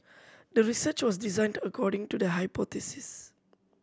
the research was designed according to the hypothesis